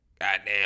Goddamn